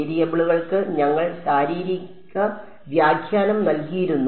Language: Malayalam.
വേരിയബിളുകൾക്ക് ഞങ്ങൾ ശാരീരിക വ്യാഖ്യാനം നൽകിയിരുന്നു